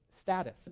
status